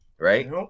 right